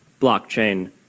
blockchain